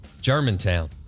Germantown